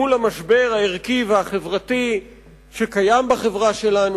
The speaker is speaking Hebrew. מול המשבר הערכי והחברתי שקיים בחברה שלנו,